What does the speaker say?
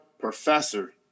professor